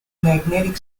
magnetic